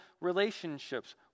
relationships